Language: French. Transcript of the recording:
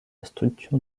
structure